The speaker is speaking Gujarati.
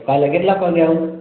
કાલે કેટલાક વાગે આવું